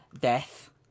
death